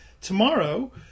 tomorrow